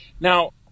now